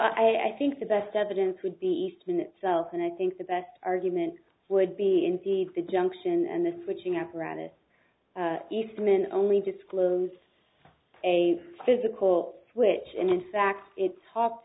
well i i think the best evidence would be eastman itself and i think the best argument would be indeed the junction and the switching apparatus eastman only disclose a physical switch and in fact it talked